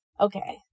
Okay